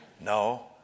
No